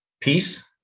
peace